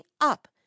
up